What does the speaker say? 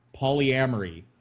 Polyamory